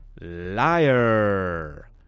Liar